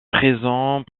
présents